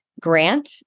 grant